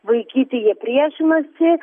vaikyti jie priešinosi